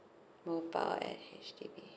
mobile at H_D_B